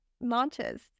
launches